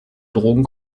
drogen